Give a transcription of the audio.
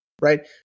Right